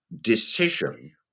decision